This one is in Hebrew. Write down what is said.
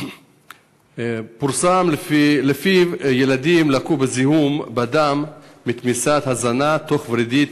פורסם שילדים לקו בזיהום בדם מתמיסת הזנה תוך-ורידית.